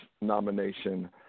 nomination